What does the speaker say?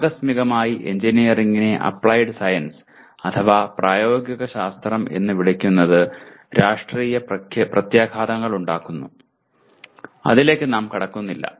ആകസ്മികമായി എഞ്ചിനീയറിംഗിനെ applied science അഥവാ പ്രായോഗിക ശാസ്ത്രം എന്ന് വിളിക്കുന്നത് രാഷ്ട്രീയ പ്രത്യാഘാതങ്ങളുണ്ടാക്കുന്നു അതിലേക്കു നാം കടക്കുന്നില്ല